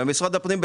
ומשרד הפנים אומרים,